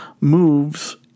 moves